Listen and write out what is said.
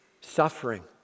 suffering